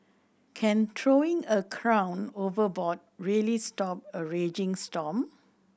can throwing a crown overboard really stop a raging storm